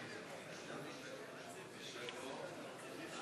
להלן תוצאות ההצבעה על ההסתייגות לסעיף